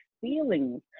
feelings